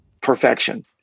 perfection